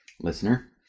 listener